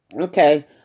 Okay